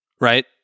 right